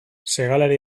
segalari